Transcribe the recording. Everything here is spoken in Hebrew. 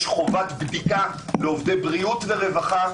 יש חובת בדיקה לעובדי בריאות ורווחה,